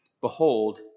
Behold